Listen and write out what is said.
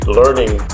learning